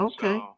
Okay